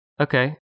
Okay